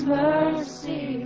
mercy